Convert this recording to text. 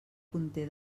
conté